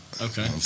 Okay